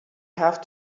have